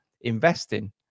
investing